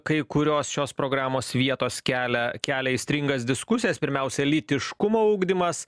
kai kurios šios programos vietos kelia kelia aistringas diskusijas pirmiausia lytiškumo ugdymas